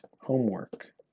homework